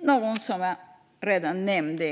Det har redan nämnts